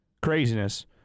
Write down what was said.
Craziness